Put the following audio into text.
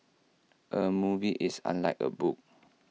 A movie is unlike A book